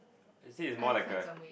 you see you more like a